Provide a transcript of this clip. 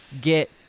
get